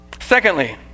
Secondly